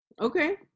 Okay